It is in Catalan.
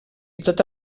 tota